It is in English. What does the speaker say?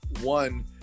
one